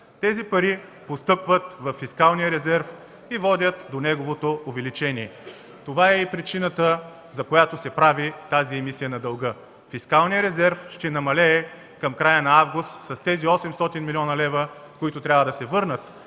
Тези пари постъпват във фискалния резерв и водят до неговото увеличение. Това е и причината, заради която се прави тази емисия на дълга. В края на август фискалният резерв ще намалее с тези 800 млн. лв., които трябва да се върнат.